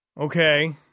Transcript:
Okay